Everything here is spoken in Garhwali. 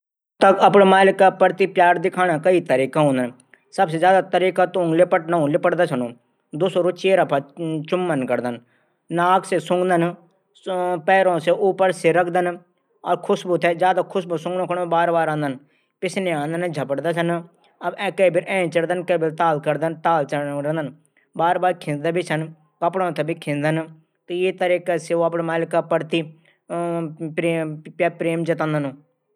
कुता अपड मालिक प्रति प्यार दिखाणा कई तरीका हूंदन सबसे ज्यादा तरीका त ऊंक लिपटनो हूंदू दूशरू ऊ चेहरा पर चुम्बन करदन नाक से सुंगदा छन। पैरों से ऊपर सर रखदन और सुगुण बार बार आंदन। पिछनै आंदन पूछ हिलदन। मालिक पिछनै आंदन।